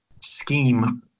scheme